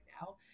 now